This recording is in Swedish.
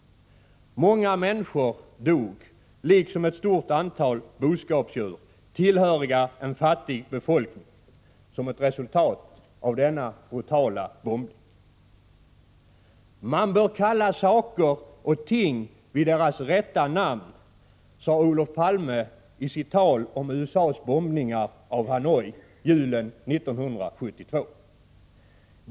Många människor dog, liksom ett stort antal boskapsdjur tillhöriga en fattig befolkning, som ett resultat av denna brutala bombning. Man bör kalla saker och ting vid deras rätta namn, sade Olof Palme om USA:s bombningar av Hanoi julen 1972.